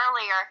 earlier